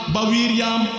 Bawiriam